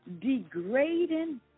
degrading